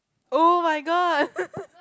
oh-my-god